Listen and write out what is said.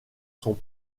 sont